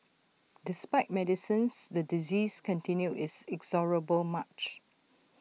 despite medicines the disease continued its inexorable March